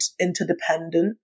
interdependent